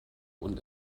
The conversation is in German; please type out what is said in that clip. und